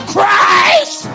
Christ